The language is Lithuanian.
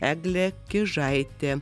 eglė kiežaitė